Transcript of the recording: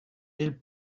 ils